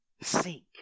Seek